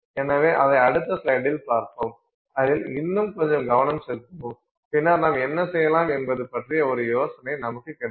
எனவே அதை அடுத்த ஸ்லைடில் பார்ப்போம் அதில் இன்னும் கொஞ்சம் கவனம் செலுத்துவோம் பின்னர் நாம் என்ன செய்யலாம் என்பது பற்றிய ஒரு யோசனை நமக்கு கிடைக்கும்